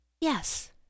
Yes